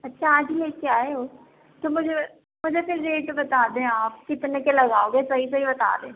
اچھا آج ہی لے کے آئے ہو تو مجھے مجھے صرف ریٹ بتا دیں آپ کتنے کے لگاؤگے صحیح صحیح بتا دیں